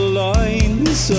lines